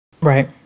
Right